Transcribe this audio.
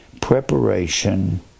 preparation